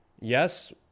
yes